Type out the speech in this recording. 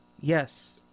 Yes